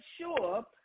sure